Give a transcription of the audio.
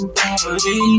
poverty